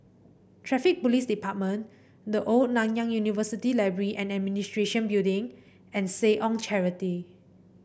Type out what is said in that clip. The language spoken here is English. Traffic Police Department The Old Nanyang University Library and Administration Building and Seh Ong Charity